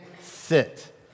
sit